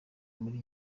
muri